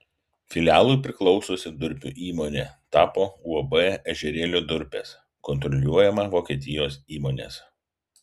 filialui priklausiusi durpių įmonė tapo uab ežerėlio durpės kontroliuojama vokietijos įmonės